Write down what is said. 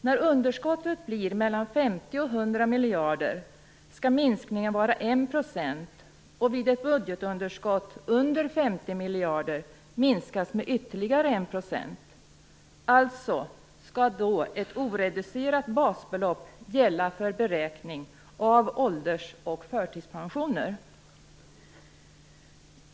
När underskottet blir 50-100 miljarder skall minskningen vara 1 %, och vid ett budgetunderskott under 50 miljarder minskas med ytterligare 1 %. Då skall alltså ett oreducerat basbelopp gälla för beräkning av ålders och förtidspensioner.